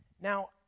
Now